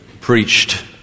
preached